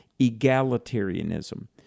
egalitarianism